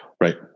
Right